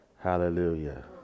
Hallelujah